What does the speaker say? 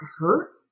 hurt